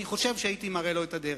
אני חושב שהייתי מראה לו את הדרך,